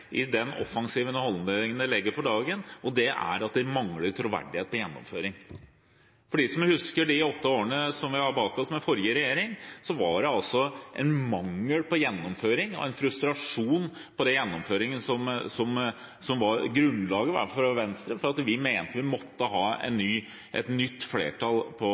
i den offensive holdningen de legger for dagen, og det er at de mangler troverdighet når det gjelder gjennomføring. For dem som husker de åtte årene vi har bak oss, med den forrige regjeringen, var det den manglende gjennomføringen og en frustrasjon over gjennomføringen som var grunnlaget for at vi i Venstre mente at vi måtte ha et nytt flertall på